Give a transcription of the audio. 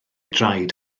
draed